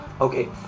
okay